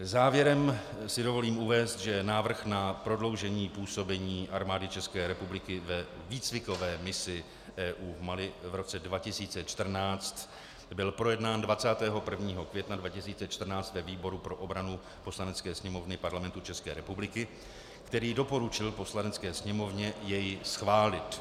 Závěrem si dovolím uvést, že návrh na prodloužení působení Armády České republiky ve výcvikové misi EU v Mali v roce 2014 byl projednán 21. května 2014 ve výboru pro obrany Poslanecké sněmovny Parlamentu České republiky, který doporučil Poslanecké sněmovně jej schválit.